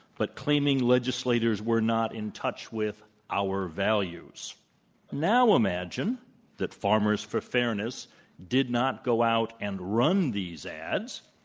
but claiming legislators were not in touch with our values. but now imagine that farmers for fairness did not go out and run these ads,